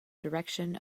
direction